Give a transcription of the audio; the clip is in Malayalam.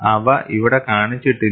അവ ഇവിടെ കാണിച്ചിട്ടില്ല